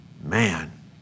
man